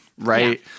Right